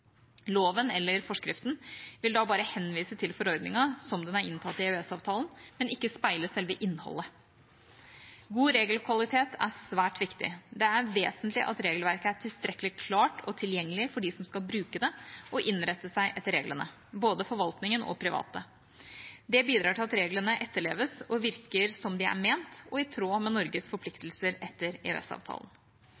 Loven, eller forskriften, vil da bare henvise til forordningen slik den er inntatt i EØS-avtalen, men ikke speile selve innholdet. God regelkvalitet er svært viktig. Det er vesentlig at regelverket er tilstrekkelig klart og tilgjengelig for dem som skal bruke det og innrette seg etter reglene, både forvaltningen og private. Det bidrar til at reglene etterleves og virker slik de er ment, og i tråd med Norges